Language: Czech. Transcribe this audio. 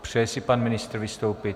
Přeje si pan ministr vystoupit?